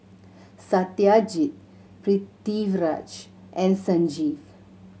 Satyajit Pritiviraj and Sanjeev